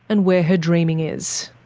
and where her dreaming is.